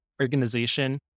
organization